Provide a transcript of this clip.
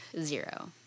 Zero